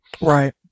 Right